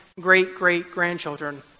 great-great-grandchildren